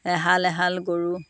এহাল এহাল গৰু